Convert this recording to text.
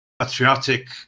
patriotic